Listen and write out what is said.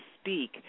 speak